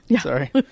Sorry